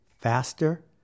faster